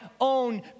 own